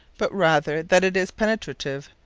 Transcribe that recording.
but rather, that it is penetrative,